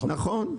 נכון?